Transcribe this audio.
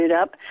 up